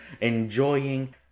enjoying